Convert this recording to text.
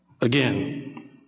Again